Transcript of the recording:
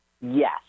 Yes